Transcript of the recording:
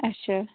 اَچھا